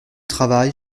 travail